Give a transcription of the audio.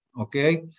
okay